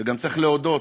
וגם צריך להודות